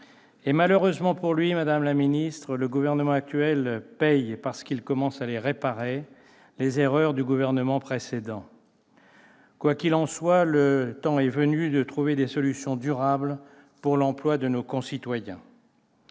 Malheureusement pour lui, madame la ministre, le gouvernement actuel paie, parce qu'il commence à les réparer, les erreurs du gouvernement précédent. Quoi qu'il en soit, le temps est venu de trouver des solutions durables pour l'emploi de nos concitoyens.